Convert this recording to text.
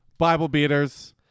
Biblebeaters